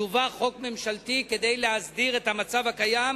יובא חוק ממשלתי כדי להסדיר את המצב הקיים,